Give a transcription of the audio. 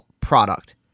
product